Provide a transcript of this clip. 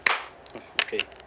okay